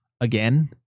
again